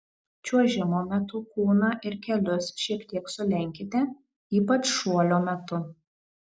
čiuožimo metu kūną ir kelius šiek tiek sulenkite ypač šuolio metu